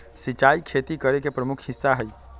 सिंचाई खेती करे के प्रमुख हिस्सा हई